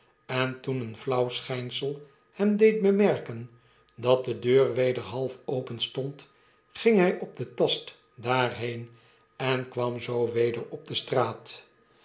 en toen een flauw schijnsel hem deed bemerken dat de deur weder half openstond ging hy op den tast daarheen en kwam zoo weder op de straat